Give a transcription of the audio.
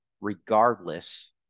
regardless